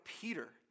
Peter